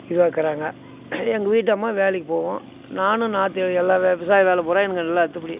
இதுவாக இருக்கிறாங்க எங்கள் வீட்டு அம்மா வேலைக்கு போகும் நானும் நாற்று எல்லா விவசாய வேலை பூரா எனக்கு எல்லாம் அத்துப்படி